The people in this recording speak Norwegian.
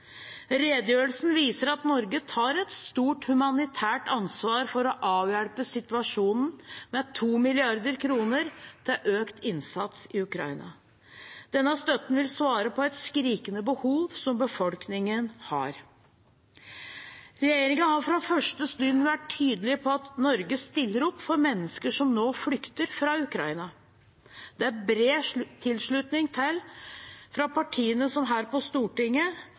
Redegjørelsen viser at Norge tar et stort humanitært ansvar for å avhjelpe situasjonen med 2 mrd. kr til økt innsats i Ukraina. Denne støtten vil svare på det skrikende behov som befolkningen har. Regjeringen har fra første stund vært tydelig på at Norge stiller opp for mennesker som nå flykter fra Ukraina. Det er det bred tilslutning til fra partiene her på Stortinget